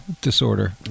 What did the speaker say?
disorder